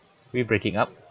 we're breaking up